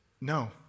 no